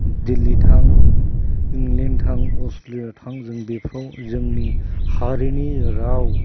दिल्ली थां इंलेण्ड थां अस्ट्रेलियायाव थां जों बेफोराव जोंनि हारिनि राव